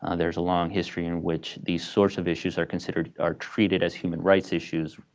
and there's a long history in which these sorts of issues are considered are treated as human rights issues.